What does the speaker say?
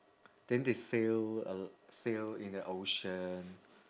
then they sail uh sail in the ocean